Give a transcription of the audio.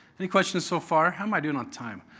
any questions so far? how am i doing on time?